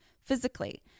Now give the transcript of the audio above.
physically